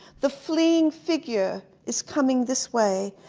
the fleeing figure is coming this way,